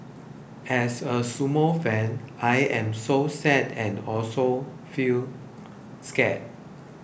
as a sumo fan I am so sad and also feel scared